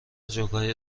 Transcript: جوکهای